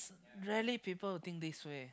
rarely people will think this way